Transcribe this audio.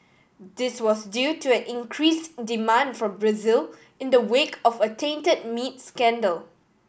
this was due to an increased demand from Brazil in the wake of a tainted meat scandal